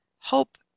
Hope